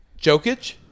Jokic